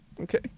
Okay